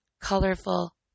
colorful